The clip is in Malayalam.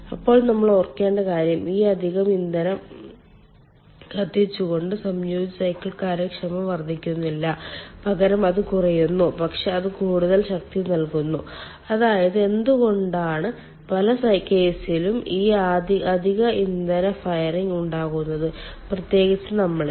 ഇപ്പോൾ നമ്മൾ ഓർക്കേണ്ട കാര്യം ഈ അധിക ഇന്ധനം കത്തിച്ചുകൊണ്ട് സംയോജിത സൈക്കിൾ കാര്യക്ഷമത വർദ്ധിക്കുന്നില്ല പകരം അത് കുറയുന്നു പക്ഷേ അത് കൂടുതൽ ശക്തി നൽകുന്നു അതായത് എന്തുകൊണ്ടാണ് പല കേസുകളിലും ഈ അധിക ഇന്ധന ഫയറിംഗ് ഉണ്ടാകുന്നത് പ്രത്യേകിച്ച് നമ്മളിൽ